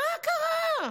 מה קרה?